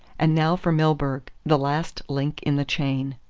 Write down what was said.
and now for milburgh, the last link in the chain.